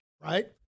right